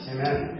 Amen